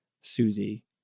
susie